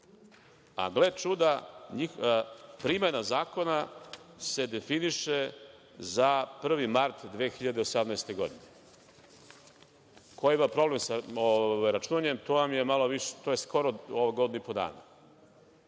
a gle čuda, primena zakona se definiše za 1. mart 2018. godine. Ko ima problem sa računanjem, to vam skoro godinu i po dana.Zašto